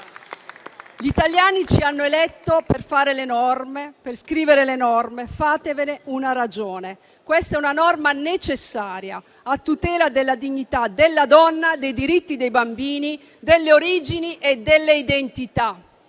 Gli italiani ci hanno eletto per fare le norme, per scrivere le norme; fatevene una ragione. Questa è una norma necessaria, a tutela della dignità della donna, dei diritti dei bambini, delle origini e delle identità.